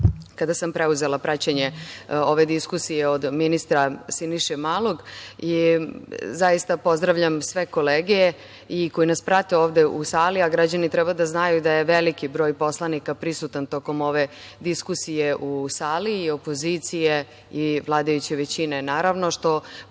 kada sam preuzela praćenje ove diskusije od ministra Siniša Malog. Pozdravljam sve kolege i koji nas prate ovde u sali, a građani treba da znaju da je veliki broj poslanika prisutan tokom ove diskusije u sali, i opozicije i vladajuće većine, naravno, što